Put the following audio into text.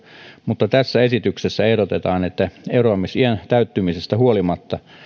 mutta tässä esityksessä ehdotetaan että eroamisiän täyttymisestä huolimatta